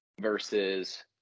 versus